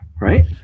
right